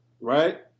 Right